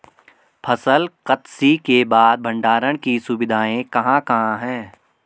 फसल कत्सी के बाद भंडारण की सुविधाएं कहाँ कहाँ हैं?